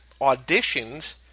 auditions